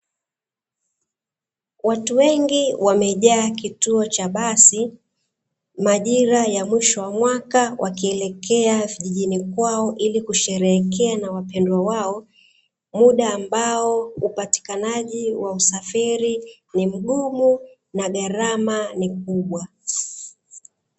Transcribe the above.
Watu wengi wamejaa kituo cha basi, majira ya mwisho wa mwaka wakielekea vijijini kwao, ili kusheherekea na wampendwa wao muda ambao hupatikanaji wa usafiri ni mgumu na gharama ni kubwa.